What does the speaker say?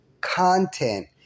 content